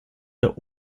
der